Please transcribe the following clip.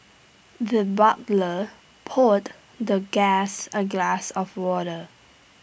the butler poured the guest A glass of water